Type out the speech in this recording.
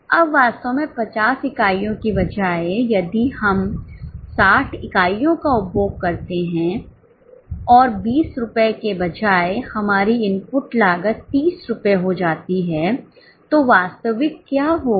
अब वास्तव में 50 इकाइयों के बजाय यदि हम 60 इकाइयों का उपभोग करते हैं और 20 रुपये के बजाय हमारी इनपुट लागत 30 रुपये हो जाती है तो वास्तविक क्या होगा